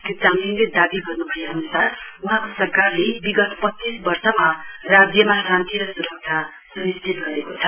श्री चामलिङले दावी गर्नुभए अनुसार वहाँको सरकारले विगत पञ्चीस वर्षमा राज्यमा शान्ति र सुरक्षा सुनिश्चित गरेको छ